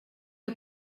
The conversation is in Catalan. que